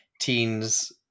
teens